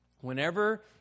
Whenever